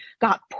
got